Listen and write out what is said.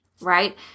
Right